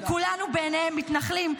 וכולנו בעיניהם מתנחלים,